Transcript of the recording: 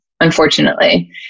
unfortunately